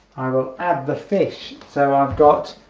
i will add the fish so i've got